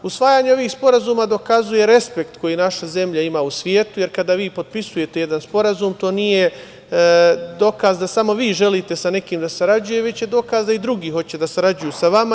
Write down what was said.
Usvajanje ovih sporazuma dokazuje respekt koji naša zemlja ima u svetu, jer kada vi potpisujete jedan sporazum, to nije dokaz da samo vi želite sa nekim da sarađujete, već je dokaz da i drugi hoće da sarađuju sa vama.